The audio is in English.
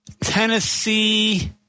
Tennessee